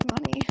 money